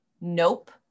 nope